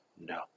no